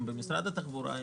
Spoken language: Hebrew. הם במשרד התחבורה,